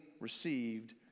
received